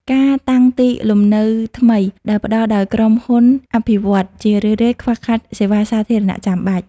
ការតាំងទីលំនៅថ្មីដែលផ្ដល់ដោយក្រុមហ៊ុនអភិវឌ្ឍន៍ ជារឿយៗខ្វះខាតសេវាសាធារណៈចាំបាច់។